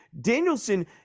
Danielson